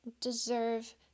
deserve